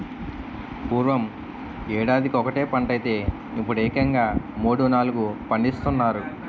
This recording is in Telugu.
పూర్వం యేడాదికొకటే పంటైతే యిప్పుడేకంగా మూడూ, నాలుగూ పండిస్తున్నారు